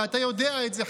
ואתה יודע את זה,